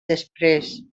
després